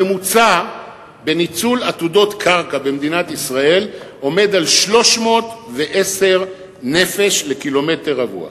הממוצע בניצול עתודות קרקע במדינת ישראל עומד על 310 נפש לקילומטר רבוע,